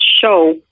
show